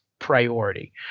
priority